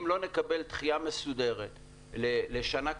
אם לא נקבל דחייה מסודרת לשנה קדימה,